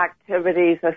activities